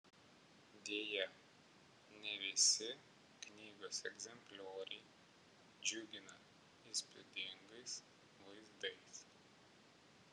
deja ne visi knygos egzemplioriai džiugina įspūdingais vaizdais